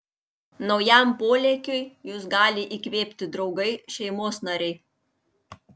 naujam polėkiui jus gali įkvėpti draugai šeimos nariai